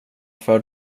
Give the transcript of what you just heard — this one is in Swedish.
för